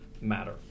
matter